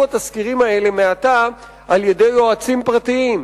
התסקירים האלה מעתה על-ידי יועצים פרטיים,